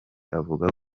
avuga